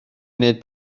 wneud